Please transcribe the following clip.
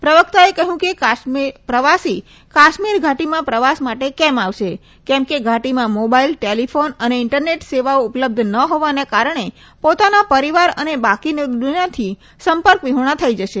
પ્રવક્તાએ કહ્યું કે પ્રવાસી કાશ્મીર ઘાટીમાં પ્રવાસ માટે કેમ આવશે કેમ કે ઘાટીમાં મોબાઇલ ટેલિફોન અને ઇન્ટરનેટ સેવાઓ ઉપલબ્ધ ન હોવાના કારણે પોતાના પરિવાર અને બાકીની દુનિયાથી સંપર્કવિહોણા થઈ જશે